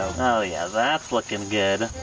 oh, yeah, that's looking good.